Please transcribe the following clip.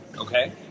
okay